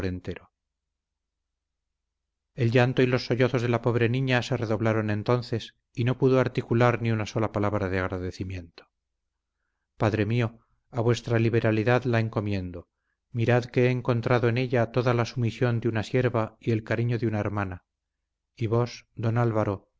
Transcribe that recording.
el llanto y los sollozos de la pobre niña se redoblaron entonces y no pudo articular ni una sola palabra de agradecimiento padre mío a vuestra liberalidad la encomiendo mirad que he encontrado en ella toda la sumisión de una sierva y el cariño de una hermana y vos don álvaro dulce